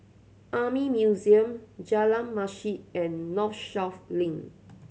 Army Museum Jalan Masjid and Northshore Link